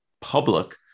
public